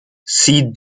sie